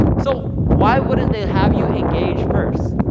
so, why wouldn't they have you engage first?